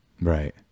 Right